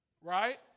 right